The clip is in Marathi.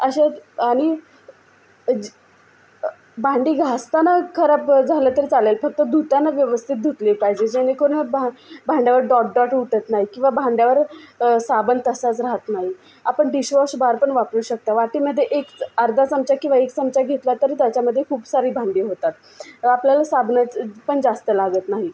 अश्या आणि भांडी घासताना खराब झालं तरी चालेल फक्त धुताना व्यवस्थित धुतली पाहिजे जेणेकरून भा भांड्यावर डॉट डॉट उठत नाही किंवा भांड्यावर साबण तसाच राहत नाही आपण डिशवॉश बार पण वापरु शकता वाटीमध्ये एक अर्धा चमचा किंवा एक चमचा घेतला तर त्याच्यामध्ये खूप सारी भांडी होतात आपल्याला साबणाची पण जास्त लागत नाही